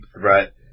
threat